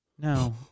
No